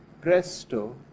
Presto